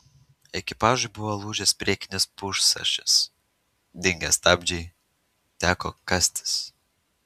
ekipažui buvo lūžęs priekinis pusašis dingę stabdžiai teko kastis